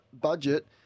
budget